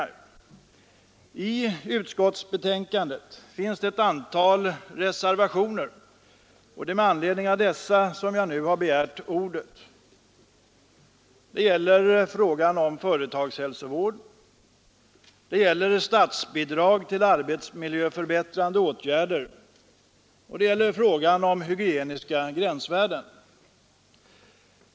Vid utskottsbetänkandet finns fogade ett antal reservationer, och det är med anledning av dessa som jag nu har begärt ordet. Det gäller frågan om företagshälsovård, det gäller statsbidrag till arbetsmiljöförbättrande åtgärder och det gäller frågan om hygieniska gränsvärden.